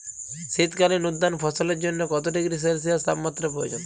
শীত কালীন উদ্যান ফসলের জন্য কত ডিগ্রী সেলসিয়াস তাপমাত্রা প্রয়োজন?